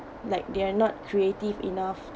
like they are not creative enough